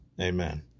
amen